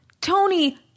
Tony